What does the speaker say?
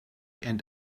and